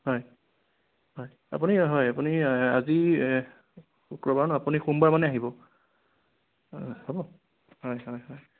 হয় হয় আপুনি হয় আপুনি আজি শুক্ৰবাৰ ন আপুনি সোমবাৰ মানে আহিব হ'ব হয় হয় হয়